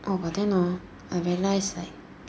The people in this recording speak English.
oh but then hor I realised like